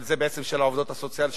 אבל בעצם זה של העובדות הסוציאליות,